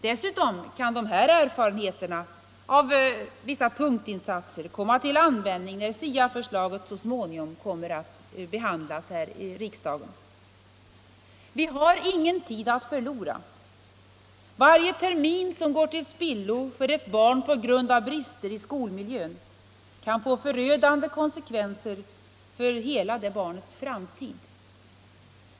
Dessutom kan erfarenheter av dessa punktinsatser komma till användning när SIA-förslaget så småningom skall behandlas här i riksdagen. Vi har ingen tid att förlora. Varje termin som går till spillo för ett barn på grund av brister i skolmiljön kan få förödande konsekvenser för det barnets hela framtid.